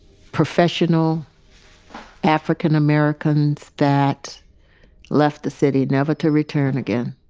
professional african americans that left the city never to return again.